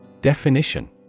Definition